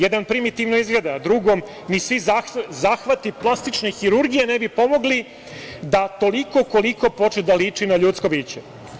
Jedan primitivno izgleda, a drugom ni svi zahvati plastične hirurgije ne bi pomogli da koliko-toliko počne da liči na ljudsko biće.